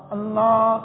Allah